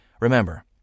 Remember